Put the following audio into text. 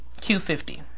Q50